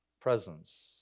presence